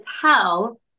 tell